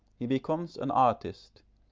he becomes an artist,